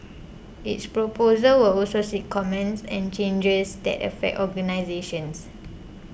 its proposals will also seek comments and changes that affect organisations